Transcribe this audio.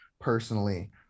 personally